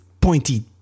pointy